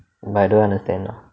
but I don't understand lah